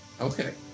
Okay